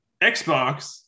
Xbox